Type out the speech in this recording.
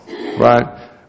right